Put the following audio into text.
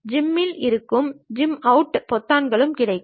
zoom in இருக்கும் zoom out பொத்தான்களும் இருக்கும்